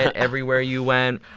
and everywhere you went.